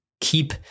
keep